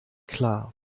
klar